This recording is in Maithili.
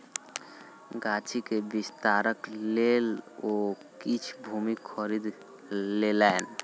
गाछी के विस्तारक लेल ओ किछ भूमि खरीद लेलैन